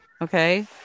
okay